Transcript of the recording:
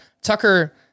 Tucker